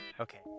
Okay